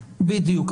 בדיוק.